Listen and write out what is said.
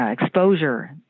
Exposure